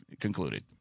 concluded